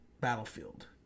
Battlefield